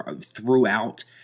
throughout